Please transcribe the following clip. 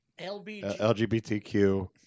LGBTQ